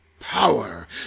Power